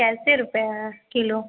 कैसे रुपया हे किलो